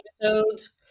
episodes